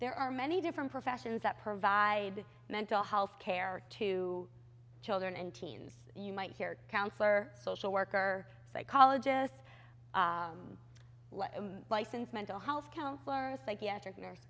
there are many different professions that provide mental health care to children and teens you might here counselor social worker psychologists licensed mental health counselor a psychiatric nurse